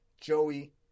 Joey